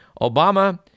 Obama